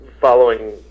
following